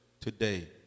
today